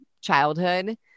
childhood